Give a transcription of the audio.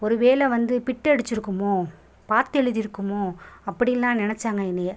ஒரு வேலை வந்து பிட்டு அடிச்சுருக்குமோ பார்த்து எழுதியிருக்குமோ அப்படிலாம் நினைச்சாங்க என்னைய